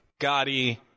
Gotti